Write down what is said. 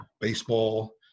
baseball